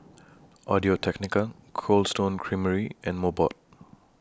Audio Technica Cold Stone Creamery and Mobot